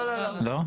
לא?